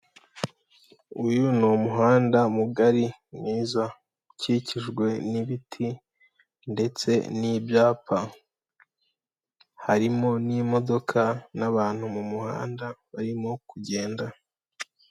Uyu ni umuhanda mugari mwiza ukikijwe n'ibiti ndetse n'ibyapa, harimo n'imodoka n'abantutu mumuhanda barimo kugenda.